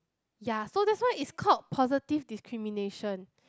ya so that's why is called positive discrimination